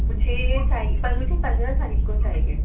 مجھے پر مجھے پندرہ تاریخ کو چاہیے